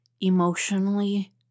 emotionally